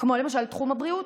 כמו תחום הבריאות,